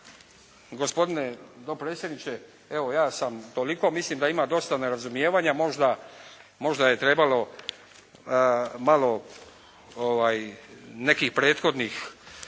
Gospodine dopredsjedniče, evo ja sam toliko. Mislim da ima dosta nerazumijevanja. Možda je trebalo malo nekih prethodnih